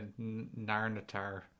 Narnatar